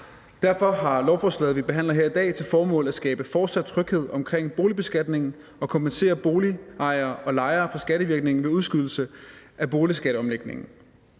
Derfor har lovforslaget, vi behandler her i dag, til formål at skabe fortsat tryghed omkring boligbeskatningen og kompensere boligejere og lejere for skattevirkningen ved en udskydelse af boligskatteomlægningen.